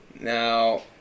Now